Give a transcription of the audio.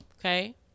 okay